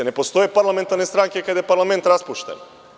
Ne postoje parlamentarne stranke kada je parlament raspušten.